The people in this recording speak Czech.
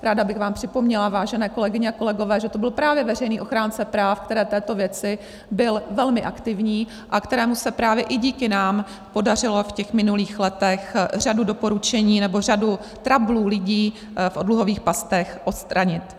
Ráda bych vám připomněla, vážené kolegyně a kolegové, že to byl právě veřejný ochránce práv, který v této věci byl velmi aktivní a kterému se právě i díky nám podařilo v minulých letech řadu doporučení nebo řadu trablů lidí v dluhových pastech odstranit.